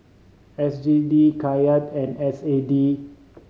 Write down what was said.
S G D Kyat and S A D